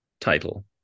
title